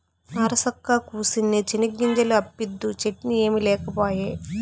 నరసక్కా, కూసిన్ని చెనిగ్గింజలు అప్పిద్దూ, చట్నీ ఏమి లేకపాయే